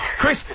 Chris